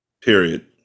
period